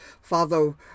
Father